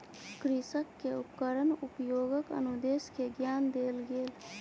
कृषक के उपकरण उपयोगक अनुदेश के ज्ञान देल गेल